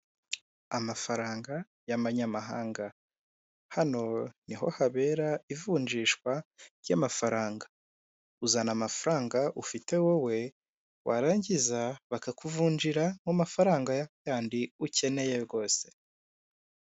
Amafaranga y'amanyamahanga hano niho habera ivunjishwa ry'amafaranga uzana amafaranga ufite wowe warangiza bakakuvunjira amafaranga yandi ukeneye rwose .